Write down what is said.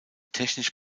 technisch